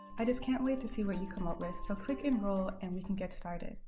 i just can't wait to see what you come up with, so click enroll and we can get started!